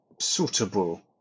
suitable